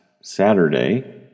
Saturday